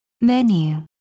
menu